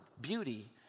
beauty